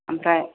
ओमफ्राय